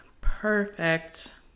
perfect